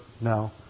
no